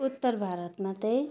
उत्तर भरतमा चाहिँ